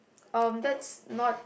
um that's not